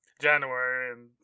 january